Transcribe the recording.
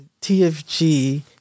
TFG